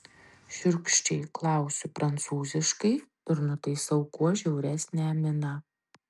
šiurkščiai klausiu prancūziškai ir nutaisau kuo žiauresnę miną